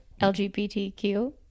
LGBTQ